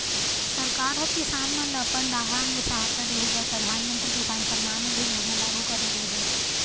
सरकार ह किसान मन ल अपन डाहर ले सहायता दे बर परधानमंतरी किसान सम्मान निधि योजना लागू करे गे हे